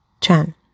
Chan